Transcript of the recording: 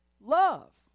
love